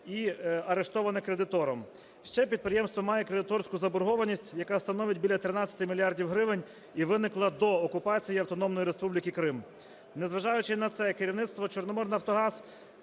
і арештоване кредитором. Ще підприємство має кредиторську заборгованість, яка становить біля 13 мільярдів гривень і виникла до окупації Автономної Республіки Крим. Незважаючи на це керівництво "Чорноморнафтогаз"